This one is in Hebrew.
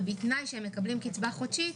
ובתנאי שהם מקבלים קצבה חודשית,